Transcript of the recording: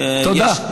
תודה.